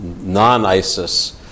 non-ISIS